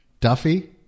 Duffy